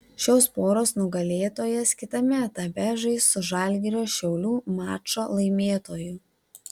šios poros nugalėtojas kitame etape žais su žalgirio šiaulių mačo laimėtoju